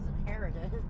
inherited